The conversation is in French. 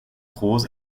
rose